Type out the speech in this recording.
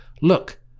Look